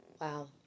Wow